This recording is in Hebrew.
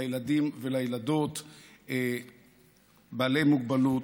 לילדים ולילדות בעלי מוגבלות,